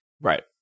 right